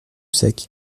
sec